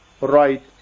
right